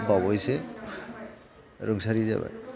बावैसो रुंसारि जाबाय